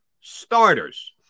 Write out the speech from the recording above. starters